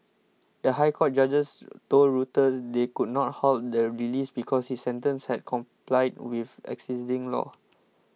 the High Court judges told Reuters they could not halt the release because his sentence had complied with existing law